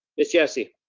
miss jessie.